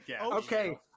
Okay